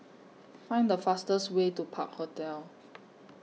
Find The fastest Way to Park Hotel